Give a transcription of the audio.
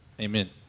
Amen